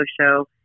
show